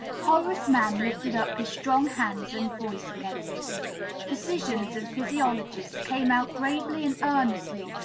horace mann lifted up his strong hands and voice against it physicians and physiologists came out gravely and earnestly,